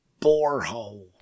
borehole